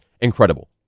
incredible